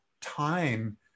time